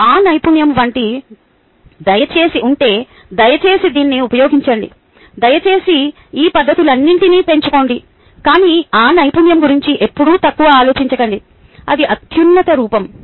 మీకు ఆ నైపుణ్యం ఉంటే దయచేసి దీన్ని ఉపయోగించండి దయచేసి ఈ పద్ధతులన్నింటినీ పెంచుకోండి కానీ ఆ నైపుణ్యం గురించి ఎప్పుడూ తక్కువ ఆలోచించకండి అది అత్యున్నత రూపం